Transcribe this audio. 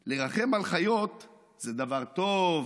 / לרחם על חיות זה דבר טוב,